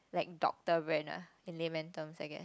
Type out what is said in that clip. like doctor brand ah in layman terms I guess